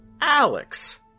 Alex